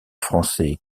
français